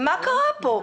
מה קרה פה?